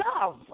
love